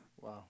Wow